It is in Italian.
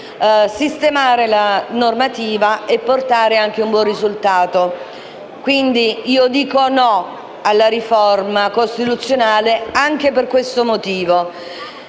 sistemare la normativa e portare un buon risultato. Quindi io dico "no" alla riforma costituzionale anche per questo motivo.